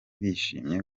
bishimiye